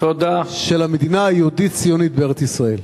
של המדינה היהודית-ציונית בארץ-ישראל.